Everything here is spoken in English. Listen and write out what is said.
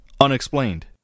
Unexplained